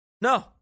No